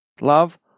love